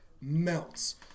melts